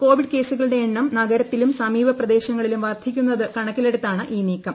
Covid കേസുകളുടെ എണ്ണം നഗരത്തിലും സമീപ പ്രദേശങ്ങളിലും വർദ്ധിക്കുന്നത് കണക്കിലെടുത്താണ് ഈ നീക്കം